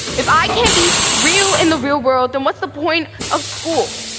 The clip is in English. if i can't be real in the real world, then what's the point of school?